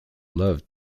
love